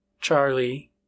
Charlie